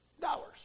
dollars